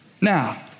now